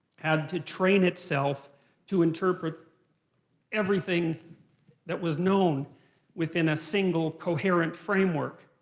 had to train itself to interpret everything that was known within a single, coherent framework.